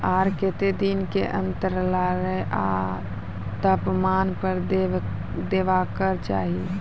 आर केते दिन के अन्तराल आर तापमान पर देबाक चाही?